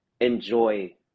enjoy